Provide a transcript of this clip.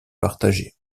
partagée